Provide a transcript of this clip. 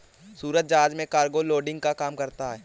सूरज जहाज में cargo loading का काम करता है